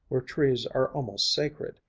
where trees are almost sacred,